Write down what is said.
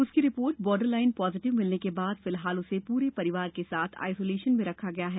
उसकी report borderline positive मिलने के बाद फिलहाल उसे पूरे परिवार के साथ आइसोलेशन में रखा गया है